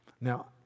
Now